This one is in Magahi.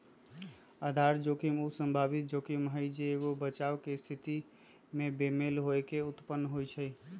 आधार जोखिम उ संभावित जोखिम हइ जे एगो बचाव के स्थिति में बेमेल होय से उत्पन्न होइ छइ